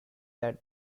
that